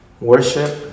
worship